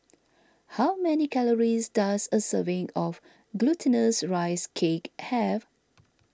how many calories does a serving of Glutinous Rice Cake have